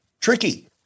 tricky